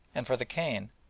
and for the cane,